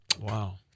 Wow